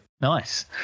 Nice